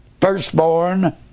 firstborn